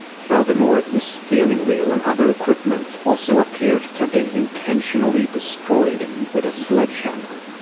furthermore, the steering wheel and other equipment also appeared to have been intentionally destroyed with a sledgehammer.